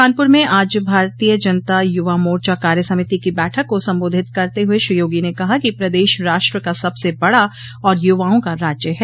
कानपुर में आज भारतीय जनता युवा मोर्चा कार्य समिति की बैठक को संबोधित करते हुए श्री योगी ने कहा कि प्रदेश राष्ट्र का सबसे बडा और युवाओं का राज्य है